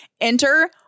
Enter